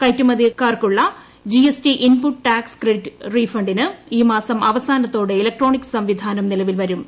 കയറ്റുമതിക്കാർക്കുള്ള GST input tax credit റീ ഫണ്ടിന് ഈ മാസം അവസാനത്തോടെ ഇലക്ട്രോണിക്സ് സംവിധാനം നിലവിൽ വരും